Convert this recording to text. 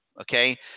okay